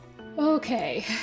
Okay